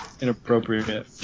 inappropriate